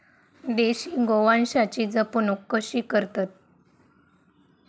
देशी गोवंशाची जपणूक कशी करतत?